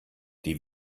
die